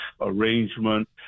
arrangement